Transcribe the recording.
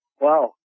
wow